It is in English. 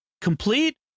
complete